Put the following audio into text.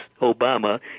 Obama